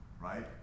right